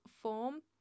form